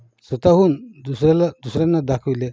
स्वत हून दुसऱ्याला दुसऱ्यांना दाखविले